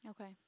Okay